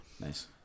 Nice